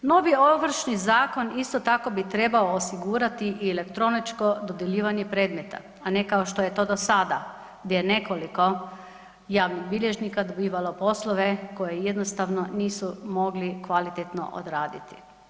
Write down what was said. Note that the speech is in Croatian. Novi ovršni zakon isto tako bi trebao osigurati i elektroničko dodjeljivanje predmeta, a ne kao što je to do sada, gdje je nekoliko javnih bilježnika dobivalo poslove koje jednostavno nisu mogli kvalitetno odraditi.